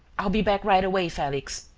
i'll be back right away, felix.